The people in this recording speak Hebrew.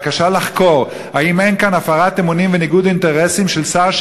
בקשה לחקור אם אין כאן הפרת אמונים וניגוד אינטרסים של שר,